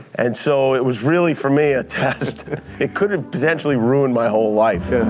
and so it was really for me a test it could have potentially ruined my whole life.